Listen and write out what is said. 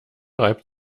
reibt